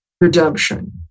redemption